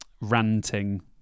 ranting